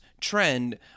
trend